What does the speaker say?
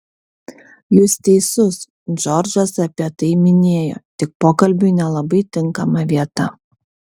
jūs teisus džordžas apie tai minėjo tik pokalbiui nelabai tinkama vieta